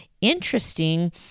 interesting